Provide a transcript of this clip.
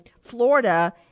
Florida